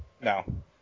No